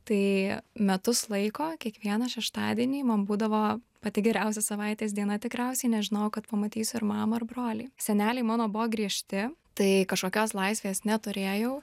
tai metus laiko kiekvieną šeštadienį man būdavo pati geriausia savaitės diena tikriausiai nes žinojau kad pamatysiu ir mamą ir brolį seneliai mano buvo griežti tai kažkokios laisvės neturėjau